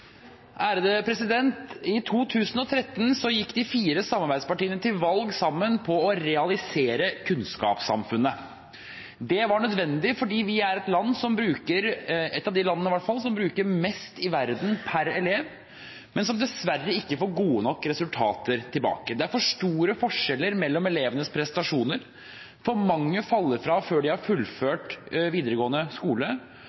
et av de landene som bruker mest i verden per elev, men som dessverre ikke får gode nok resultater tilbake. Det er for store forskjeller mellom elevenes prestasjoner, for mange faller fra før de har fullført videregående skole,